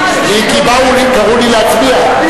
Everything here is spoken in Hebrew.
הבנתי ששוויון, כי קראו לי להצביע.